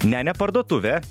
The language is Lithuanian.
ne parduotuvė